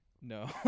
No